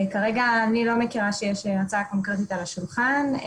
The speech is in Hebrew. כרגע אני לא מכירה שיש הצעה קונקרטית על השולחן.